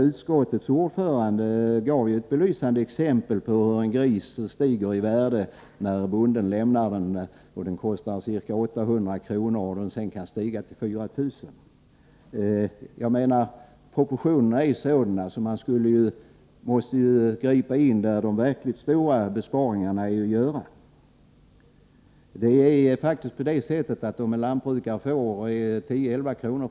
Utskottets ordförande gav ett belysande exempel på hur en gris stiger i värde. När bonden lämnar grisen kostar den ca 800 kr., och sedan kan den stiga till 4000 kr. Proportionerna är sådana att man måste gripa in där de verkligt stora besparingarna kan göras. Om en lantbrukare får 10-11 kr.